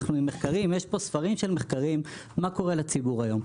יש פה ספרים של מחקרים מה קורה לציבור היום.